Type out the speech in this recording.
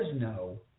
no